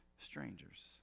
strangers